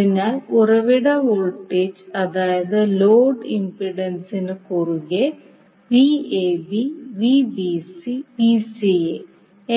അതിനാൽ ഉറവിട വോൾട്ടേജ് അതായത് ലോഡ് ഇംപെൻഡൻസിനു കുറുകെ Vab Vbc Vca